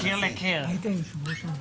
קודם כול, תודה רבה.